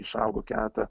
išaugo keletą